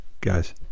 guys